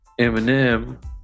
Eminem